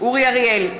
אורי אריאל,